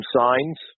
signs